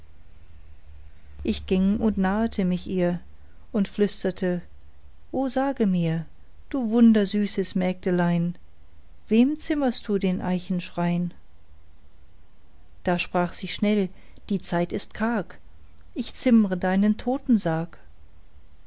ich ging und nahete mich ihr und flüsterte o sage mir du wundersüßes mägdelein wem zimmerst du den eichenschrein da sprach sie schnell die zeit ist karg ich zimmre deinen totensarg